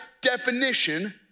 definition